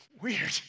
weird